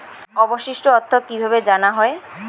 অবশিষ্ট অর্থ কিভাবে জানা হয়?